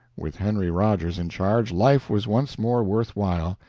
with henry rogers in charge, life was once more worth while.